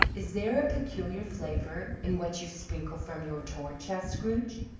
is there a peculiar flavour in what you sprinkle from your torch? asked scrooge.